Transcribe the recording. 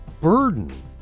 burden